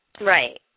right